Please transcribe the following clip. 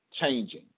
changing